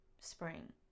Spring